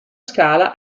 scala